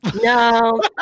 No